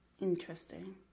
Interesting